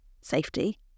safety